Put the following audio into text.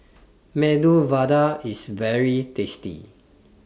Medu Vada IS very tasty